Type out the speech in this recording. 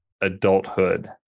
adulthood